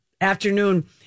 afternoon